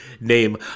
name